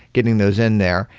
getting those in there?